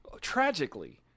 tragically